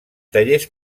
tallers